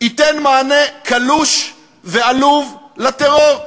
ייתן מענה קלוש ועלוב לטרור.